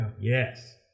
Yes